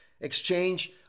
exchange